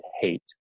hate